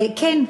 כן,